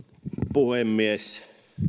puhemies